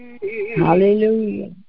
Hallelujah